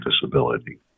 disability